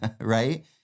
right